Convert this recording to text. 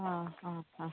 ആ ആ ആ